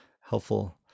helpful